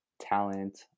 talent